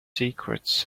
secrets